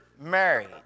married